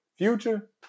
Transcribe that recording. Future